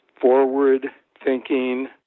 forward-thinking